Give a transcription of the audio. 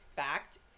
Fact